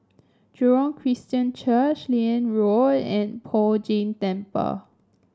Jurong Christian Church Liane Road and Poh Jay Temple